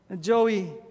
Joey